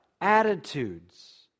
attitudes